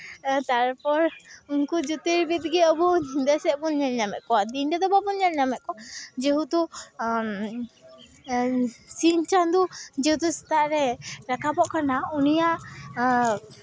ᱛᱟᱨᱯᱚᱨ ᱩᱱᱠᱩ ᱡᱳᱛᱤᱨᱵᱤᱫ ᱜᱮ ᱟᱵᱚ ᱧᱤᱫᱟᱹ ᱥᱮᱫ ᱵᱚᱱ ᱧᱮᱞ ᱧᱟᱢᱮᱫ ᱠᱚᱣᱟ ᱫᱤᱱ ᱨᱮᱫᱚ ᱵᱟᱵᱚᱱ ᱧᱮᱞᱧᱟᱢᱮᱫ ᱠᱚᱣᱟ ᱡᱮᱦᱮᱛᱩ ᱥᱤᱧ ᱪᱟᱸᱫᱳ ᱡᱮᱦᱮᱛᱩ ᱥᱮᱛᱟᱜ ᱨᱮ ᱨᱟᱠᱟᱵᱚᱜ ᱠᱟᱱᱟ ᱩᱱᱤᱭᱟᱜ